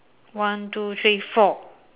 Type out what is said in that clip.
one two three four